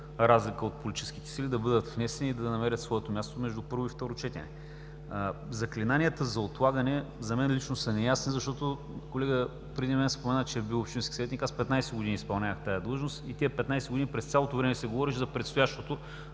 разлика от политическите сили, да бъдат внесени и да намерят своето място между първо и второ четене. Заклинанията за отлагане за мен лично са неясни – колегата преди мен спомена, че е бил общински съветник, аз петнадесет години изпълнявах тази длъжност. В тези петнадесет години през цялото време се говореше за предстоящото